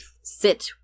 sit